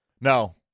No